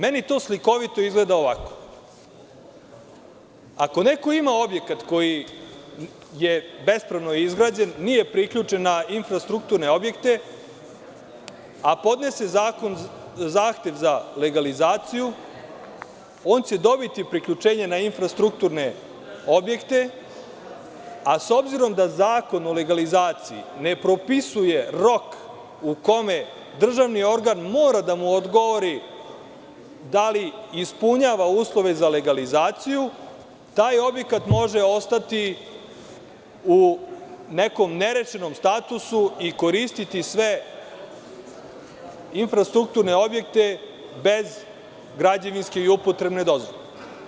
Meni to slikovito izgleda ovako: ako neko ima objekat koji je bespravno izgrađen, nije priključen na infrastrukturne objekte, a podnese zahtev za legalizaciju, on će dobiti priključenje na infrastrukturne objekte, ali, s obzirom da zakon o legalizaciji ne propisuje rok u kome državni organ mora da mu odgovori da li ispunjava uslove za legalizaciju, taj objekat može ostati u nekom nerešenom statusu i koristiti sve infrastrukturne objekte bez građevinske i upotrebne dozvole.